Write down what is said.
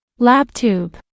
LabTube